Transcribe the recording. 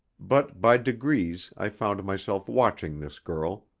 but by degrees i found myself watching this girl,